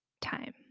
Time